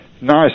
Nice